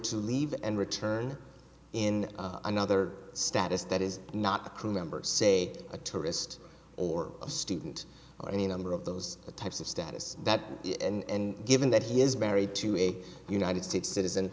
to leave and return in another status that is not a crew member say a tourist or a student or any number of those types of status that and given that he is married to a united states citizen